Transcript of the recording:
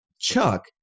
Chuck